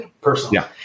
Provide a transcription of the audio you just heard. personally